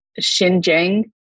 Xinjiang